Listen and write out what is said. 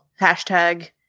hashtag